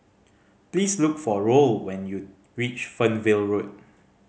please look for Roll when you reach Fernvale Road